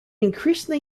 increasingly